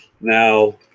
Now